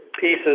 pieces